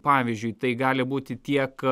pavyzdžiui tai gali būti tiek